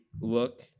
look